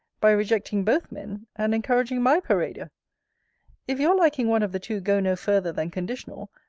by rejecting both men, and encouraging my parader if your liking one of the two go no farther than conditional,